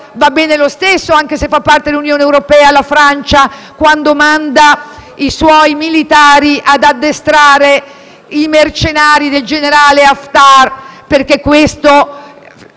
va bene lo stesso, anche se fa parte dell'Unione europea, la Francia, quando manda i suoi militari ad addestrare i mercenari del generale Haftar, perché questo